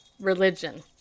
religion